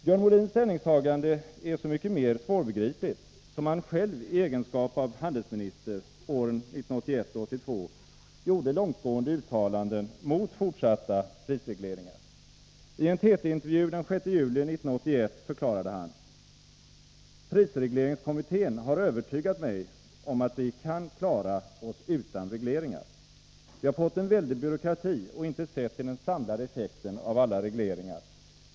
Björn Molins ställningstagande är så mycket mer svårbegripligt som han själv i egenskap av handelsminister åren 1981-1982 gjorde långtgående uttalanden mot fortsatta prisregleringar. I en TT-intervju den 6 juli 1981 förklarade han: ”Prisregleringskommittén har övertygat mig om att vi kan klara oss utan regleringar. Vi har fått en väldig byråkrati och inte sett till den samlade effekten av alla regleringar.